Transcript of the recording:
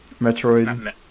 Metroid